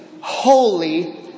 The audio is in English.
holy